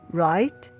right